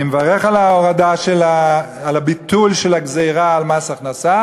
אני מברך על ביטול הגזירה של מס הכנסה